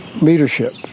Leadership